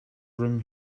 room